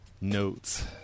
Notes